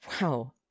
wow